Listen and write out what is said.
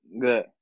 Good